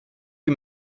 you